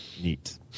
Neat